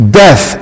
death